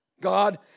God